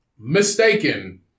mistaken